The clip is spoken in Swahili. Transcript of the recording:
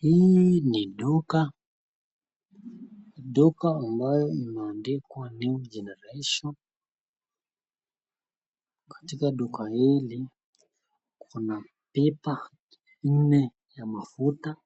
Hii ni duka duka ambayo imeandikwa new generation, katika duka hili kuna pipa nne ya mafuta,